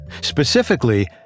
specifically